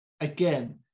again